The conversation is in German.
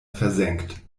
versenkt